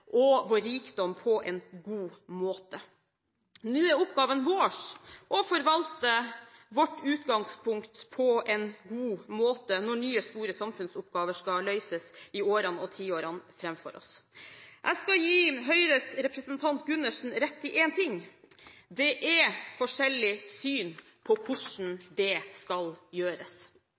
og vår rikdom på en god måte. Nå er oppgaven vår å forvalte vårt utgangspunkt på en god måte når nye, store samfunnsoppgaver skal løses i årene og tiårene framfor oss. Jeg skal gi Høyres representant Gundersen rett i én ting: Det er forskjellig syn på hvordan det skal gjøres.